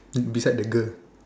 beside the girl